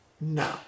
no